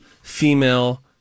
female